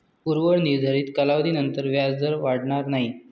पूर्व निर्धारित कालावधीनंतर व्याजदर वाढणार नाही